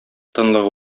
тынлык